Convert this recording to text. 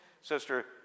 Sister